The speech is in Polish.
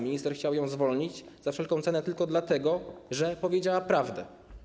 Minister chciał ją zwolnić za wszelką cenę tylko dlatego, że powiedziała prawdę.